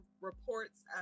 reports